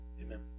Amen